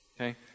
Okay